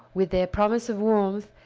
with their promise of warmth,